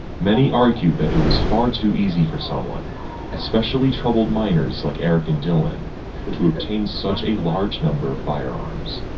many argued that it was far too easy for someone especially troubled minors like eric and dylan to obtain such a large number of firearms.